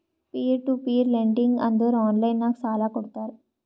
peer to peer lending ಅಂದುರ್ online ನಾಗ್ ಸಾಲಾ ಕೊಡ್ತಾರ